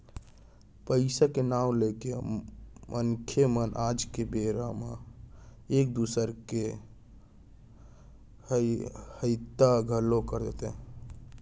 पइसा के नांव लेके मनसे मन आज के बेरा म एक दूसर के हइता घलौ कर देथे